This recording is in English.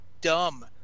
dumb